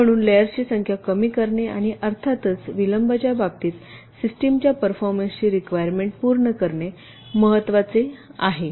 म्हणून लेयर्सची संख्या कमी करणे आणि अर्थातच विलंबच्या बाबतीत सिस्टमच्या परफॉर्मन्सची रिक्वायरमेंट पूर्ण करणे महत्वाचे आहे